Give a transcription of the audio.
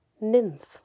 nymph